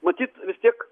matyt vis tiek